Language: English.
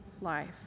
life